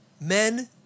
Men